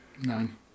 Nine